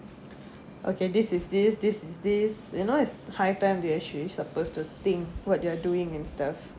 okay this is this this is this you know it's high time they actually supposed to think what they're doing and stuff